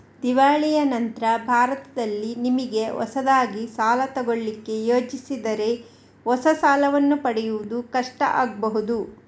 ದಿವಾಳಿಯ ನಂತ್ರ ಭಾರತದಲ್ಲಿ ನಿಮಿಗೆ ಹೊಸದಾಗಿ ಸಾಲ ತಗೊಳ್ಳಿಕ್ಕೆ ಯೋಜಿಸಿದರೆ ಹೊಸ ಸಾಲವನ್ನ ಪಡೆಯುವುದು ಕಷ್ಟ ಆಗ್ಬಹುದು